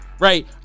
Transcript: Right